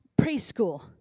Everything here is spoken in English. preschool